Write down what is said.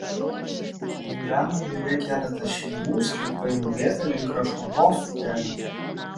gyvena joje keletas šeimų sklypai nubėga link krašuonos upelio